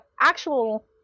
actual